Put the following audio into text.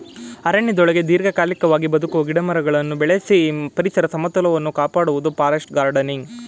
ಅರಣ್ಯದೊಳಗೆ ದೀರ್ಘಕಾಲಿಕವಾಗಿ ಬದುಕುವ ಗಿಡಮರಗಳು ಬೆಳೆಸಿ ಪರಿಸರ ಸಮತೋಲನವನ್ನು ಕಾಪಾಡುವುದು ಫಾರೆಸ್ಟ್ ಗಾರ್ಡನಿಂಗ್